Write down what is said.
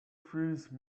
fuse